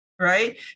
Right